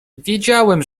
wiedziałem